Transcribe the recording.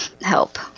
help